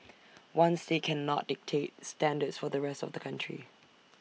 one state cannot dictate standards for the rest of the country